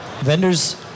Vendors